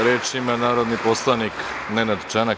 Reč ima narodni poslanik Nenad Čanak.